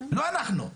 לא אנחנו.